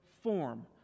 form